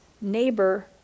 neighbor